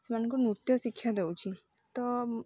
ସେମାନଙ୍କୁ ନୃତ୍ୟ ଶିକ୍ଷା ଦେଉଛି ତ